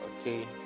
okay